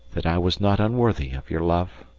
that i was not unworthy of your love.